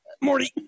Morty